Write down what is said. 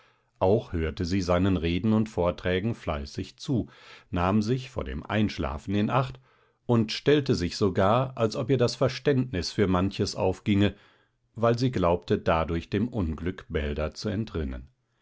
auch hörte sie seinen reden und vorträgen fleißig zu nahm sich vor dem einschlafen in acht und stellte sich sogar als ob ihr das verständnis für manches aufginge weil sie glaubte dadurch dem unglück bälder zu entrinnen